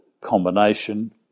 combination